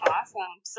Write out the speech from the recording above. Awesome